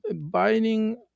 binding